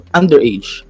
underage